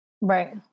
Right